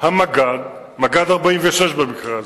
מג"ד 46 במקרה הזה,